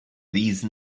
these